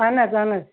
اہن حظ اہن حظ